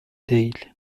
değil